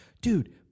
Dude